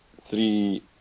three